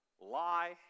Lie